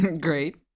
Great